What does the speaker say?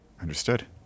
Understood